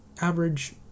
average